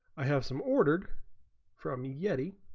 i have some ordered from the yeti